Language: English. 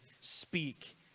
speak